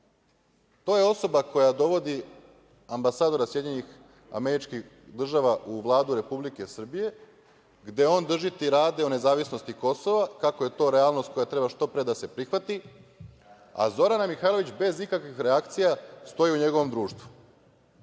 je osoba koja dovodi ambasadora SAD u Vladu Republike Srbije, gde on drži tirade o nezavisnosti Kosova, kako je to realnost koja treba što pre da se prihvati, a Zorana Mihajlović bez ikakvih reakcija stoji u njegovom društvu. Ja